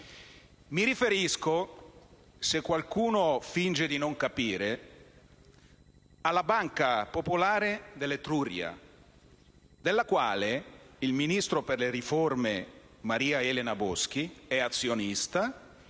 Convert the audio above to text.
Mi riferisco, se qualcuno finge di non capire, alla Banca popolare dell'Etruria, della quale il ministro per le riforme Maria Elena Boschi è azionista,